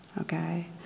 okay